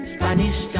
Spanish